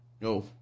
No